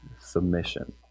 submission